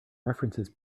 references